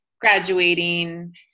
graduating